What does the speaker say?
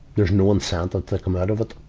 there's no incentive to come out of it.